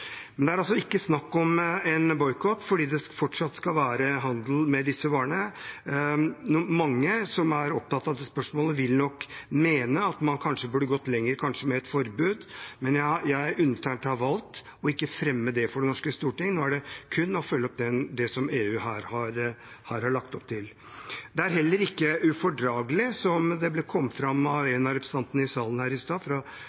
Det er altså ikke snakk om en boikott, for det skal fortsatt være handel med disse varene. Mange som er opptatt av disse spørsmålene, vil nok mene at man kanskje burde gått lenger, kanskje med et forbud, men jeg har valgt ikke å fremme det for det norske storting. Nå er det kun å følge opp det som EU her har lagt opp til. Det er heller ikke ufordragelig, som det kom fram fra en av